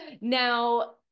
Now